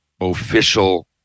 official